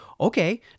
Okay